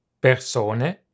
persone